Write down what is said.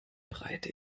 breite